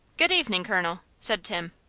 good-evening, colonel, said tim.